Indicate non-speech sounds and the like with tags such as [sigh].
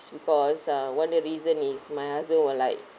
[noise] because uh one of the reason is my husband will like